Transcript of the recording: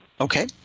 Okay